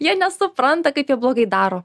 jie nesupranta kad jie blogai daro